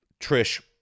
Trish